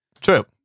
True